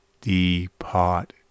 Depart